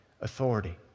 authority